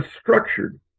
structured